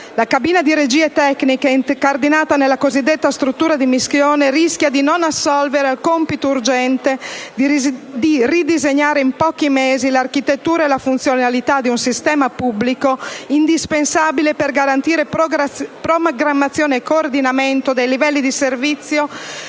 la cabina di regia tecnica, incardinata nella cosiddetta struttura di missione, rischia di non assolvere al compito urgente di ridisegnare in pochi mesi l'architettura e le funzionalità di un sistema pubblico, indispensabile per garantire programmazione e coordinamento dei livelli di servizio